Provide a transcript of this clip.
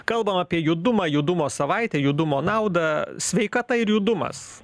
kalbam apie judumą judumo savaitę judumo naudą sveikata ir judumas